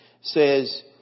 says